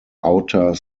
outer